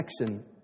action